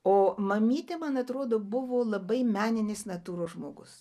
o mamytė man atrodo buvo labai meninės natūros žmogus